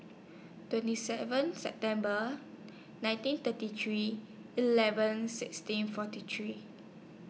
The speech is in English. twenty seven September nineteen thirty three eleven sixteen forty three